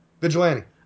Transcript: Vigilante